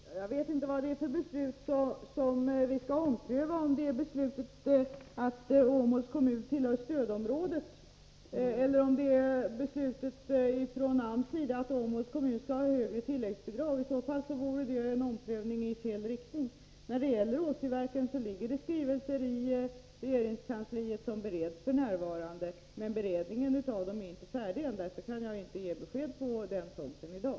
Fru talman! Jag vet inte vad det är för beslut som vi skall ompröva — om det är beslutet om vilket stödområde Åmåls kommun skall tillhöra eller om det är beslutet från AMS att Åmåls kommun skall ha högre tilläggsbidrag. I det senare fallet vore det en omprövning i fel riktning. När det gäller Åsiverken ligger det skrivelser i regeringskansliet som bereds f. n. Beredningen är ännu inte färdig, och därför kan jag inte ge besked på den punkten i dag.